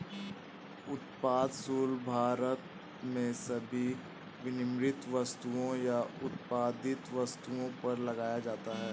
उत्पाद शुल्क भारत में सभी विनिर्मित वस्तुओं या उत्पादित वस्तुओं पर लगाया जाता है